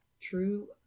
true